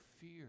fear